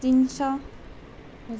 তিনিশ